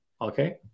Okay